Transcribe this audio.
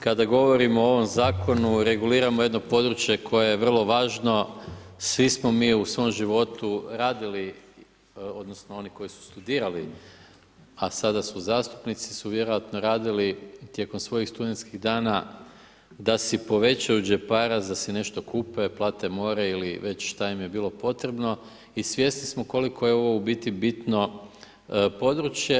Kada govorimo o ovom zakonu, reguliramo jedno područje koje je vrlo važno, svismo mi u svom životu radili odnosno oni koji su studirali a sada su zastupnici su vjerovatno radili tijekom svojih studentskih dana, da si povećaju džeparac, da si nešto kupe, plate more ili već šta im je bilo potrebno i svjesni smo koliko je ovo u biti bitno područje.